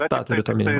tą turit omeny